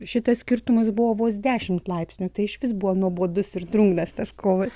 šitas skirtumas buvo vos dešim laipsnių tai išvis buvo nuobodus ir drungnas tas kovas